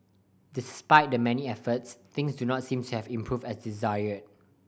despite the many efforts things do not seem to have improved as desired